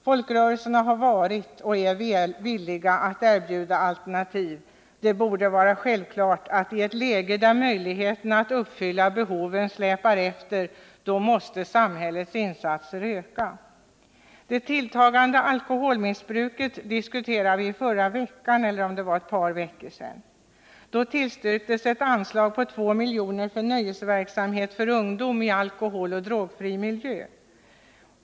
Folkrörelserna har varit och är villiga att erbjuda alternativ — det borde vara självklart att i ett läge där möjligheterna att uppfylla behoven släpar efter måste samhällets insatser öka. Det tilltagande alkoholmissbruket diskuterades nyligen i riksdagen. Då tillstyrktes ett anslag på 2 milj.kr. för nöjesverksamhet för ungdom i alkoholoch drogfri miljö.